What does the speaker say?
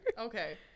okay